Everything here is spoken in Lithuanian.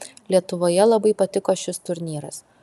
lietuvoje labai patiko šis turnyras